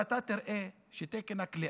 אבל אתה תראה שתקן הכליאה,